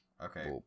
Okay